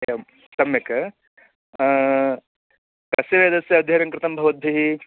एवं सम्यक् कस्य वेदस्य अध्ययनं कृतं भवद्भिः